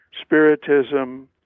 spiritism